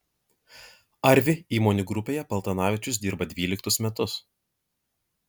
arvi įmonių grupėje paltanavičius dirba dvyliktus metus